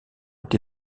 ont